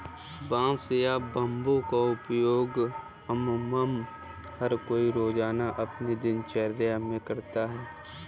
बांस या बम्बू का उपयोग अमुमन हर कोई रोज़ाना अपनी दिनचर्या मे करता है